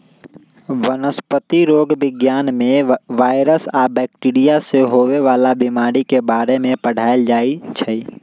वनस्पतिरोग विज्ञान में वायरस आ बैकटीरिया से होवे वाला बीमारी के बारे में पढ़ाएल जाई छई